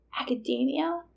academia